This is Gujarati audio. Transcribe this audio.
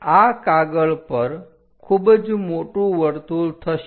તે આ કાગળ પર ખૂબ જ મોટું વર્તુળ થશે